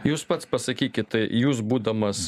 jūs pats pasakykit jūs būdamas